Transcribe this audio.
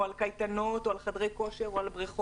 או על קייטנות או על חדרי כושר או על בריכות.